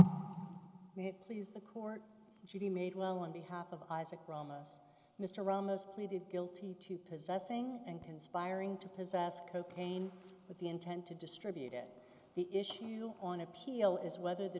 it please the court she made well on behalf of isaac ramos mr ramos pleaded guilty to possessing and conspiring to possess cocaine with the intent to distribute it the issue on appeal is whether the